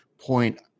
point